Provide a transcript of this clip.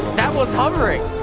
that was hovering!